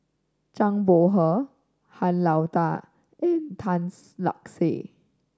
Zhang Bohe Han Lao Da and Tan Lark Sye